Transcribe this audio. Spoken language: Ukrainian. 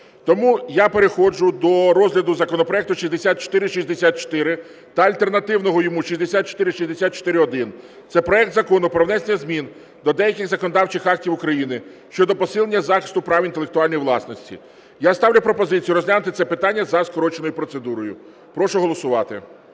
Тому я переходжу до розгляду законопроекту 6464 та альтернативного йому 6464-1. Це проект Закону про внесення змін до деяких законодавчих актів України щодо посилення захисту прав інтелектуальної власності. Я ставлю пропозицію розглянути це питання за скороченою процедурою. Прошу голосувати.